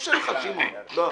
אאפשר לך, שמעון.